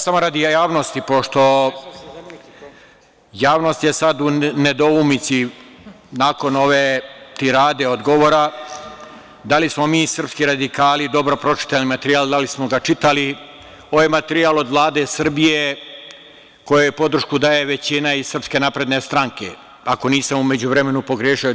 Samo radi javnosti, pošto javnost je sad u nedoumici nakon ove tirade od govora da li smo mi srpski radikali dobro pročitali materijal, da li smo ga čitali, ovaj materijal od Vlade Srbije kojoj podršku daje većina iz SNS, ako nisam u međuvremenu pogrešio.